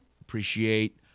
Appreciate